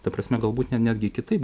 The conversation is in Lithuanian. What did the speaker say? ta prasme galbūt netgi kitaip